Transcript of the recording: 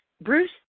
Bruce